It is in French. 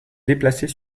déplacer